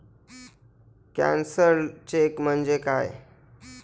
Cancelled cheque म्हणजे काय?